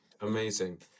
Amazing